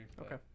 Okay